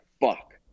fuck